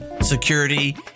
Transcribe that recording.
security